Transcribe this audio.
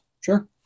Sure